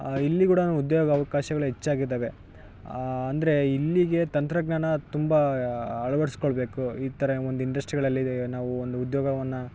ಇಲ್ಲಿ ಕೂಡ ಉದ್ಯೋಗಾವಕಾಶಗಳು ಹೆಚ್ಚಾಗಿದ್ದಾವೆ ಅಂದರೆ ಇಲ್ಲಿಗೆ ತಂತ್ರಜ್ಞಾನ ತುಂಬ ಅಳ್ವಡಿಸ್ಕೊಳ್ಬೇಕು ಈ ಥರ ಒಂದು ಇಂಡಸ್ಟ್ರಿಗಳಲ್ಲಿ ನಾವು ಒಂದು ಉದ್ಯೋಗವನ್ನು